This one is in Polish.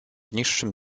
niższym